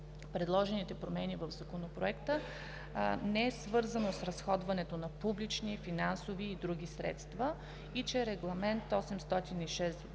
предложените промени в Законопроекта не са свързани с разходването на публични, финансови и други средства и че Регламент № 806